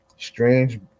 strange